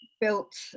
built